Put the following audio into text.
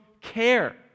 care